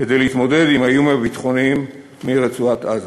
כדי להתמודד עם האיומים הביטחוניים מרצועת-עזה.